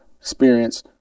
experience